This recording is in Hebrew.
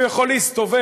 אם הוא יכול להסתובב.